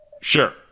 Sure